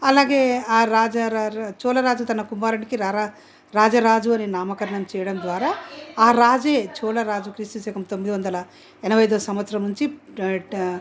అలాగే ఆ రాజా రాజా చోళరాజు తన కుమారుడుకి రారా రాజరాజు అని నామకరణం చేయడం ద్వారా ఆ రాజే చోళరాజు క్రీస్తుశకము తొమ్మిదివందల ఎనభై అయిదవ సంవత్సరం నుంచి